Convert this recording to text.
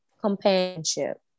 companionship